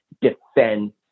defend